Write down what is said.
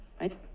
right